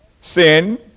sin